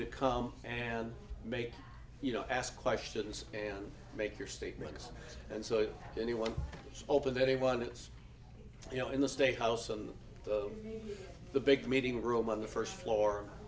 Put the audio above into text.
to come and make you know ask questions and make your statements and so anyone is open to anyone it's you know in the state house and the big meeting room on the first floor